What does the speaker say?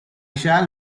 shall